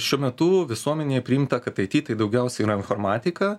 šiuo metu visuomenėje priimta kad aity tai daugiausia informatika